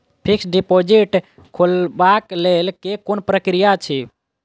Fixed deposit खोलबाक लेल केँ कुन प्रक्रिया अछि?